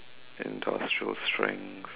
industrial strength